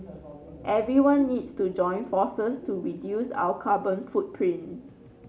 everyone needs to join forces to reduce our carbon footprint